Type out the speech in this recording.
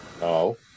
no